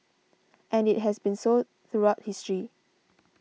and it has been so throughout history